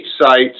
sites